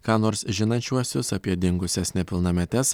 ką nors žinančiuosius apie dingusias nepilnametes